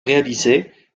réalisés